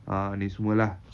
uh ni semua lah